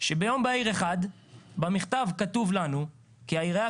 שביום בהיר אחד במכתב כתוב לנו כי העירייה